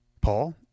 Paul